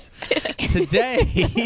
today